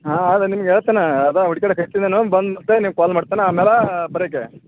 ಹಾಂ ಹಾಂ ಅದು ನಿಮ್ಗೆ ಹೇಳ್ತನ ಅದಾ ಹುಡ್ಕ್ಯಾಡ ಎಷ್ಟಿದನೋ ಬಂದ್ಪೆ ನೀವು ಕಾಲ್ ಮಾಡ್ತನ ಆಮೇಲಾ ಬರಿಕೆ